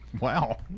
Wow